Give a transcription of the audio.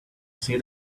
see